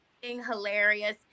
hilarious